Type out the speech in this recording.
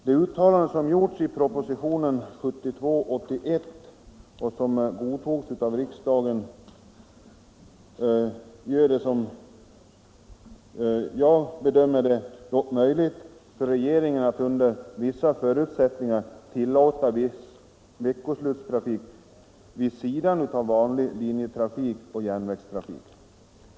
De uttalanden som gjordes i propositionen 1972:81 och som godtogs av riksdagen gör det —- som jag bedömer det — dock möjligt för regeringen att under vissa förutsättningar tillåta veckoslutstrafik vid sidan av vanlig linjetrafik och järnvägstrafik.